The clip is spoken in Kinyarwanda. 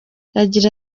agira